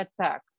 attack